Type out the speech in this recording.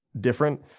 different